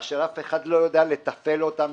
כאשר אף אחד לא יודע לתפעל אותם,